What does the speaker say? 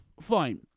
fine